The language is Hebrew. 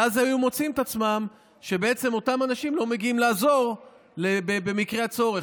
ואז הם היו מוצאים את עצמם כך שאותם אנשים לא מגיעים לעזור במקרה הצורך.